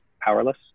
powerless